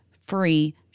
free